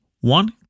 One